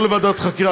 לא לוועדת חקירה,